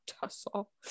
Tussle